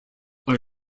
are